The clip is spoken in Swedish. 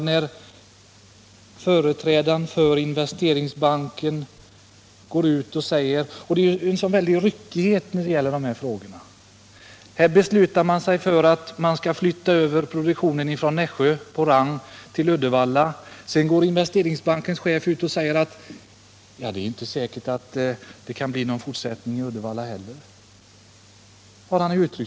NS När det gäller teko-sidan, Per Ahlmark, blir man litet bekymrad över — Om åtgärder för att ryckigheten i de här frågorna. Här beslutar man sig för att flytta över = trygga sysselsättproduktionen från Rang i Nässjö till Uddevalla. Sedan går investerings = ningen i Bohuslän, bankens chef ut och säger till pressen att det är inte säkert att det kan — m.m. bli någon fortsättning i Uddevalla heller.